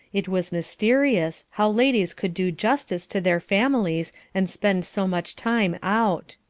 it was mysterious how ladies could do justice to their families and spend so much time out.